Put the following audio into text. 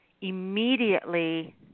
immediately